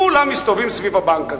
כולם מסתובבים סביב הבנק הזה.